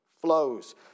flows